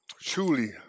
truly